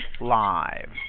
live